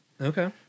Okay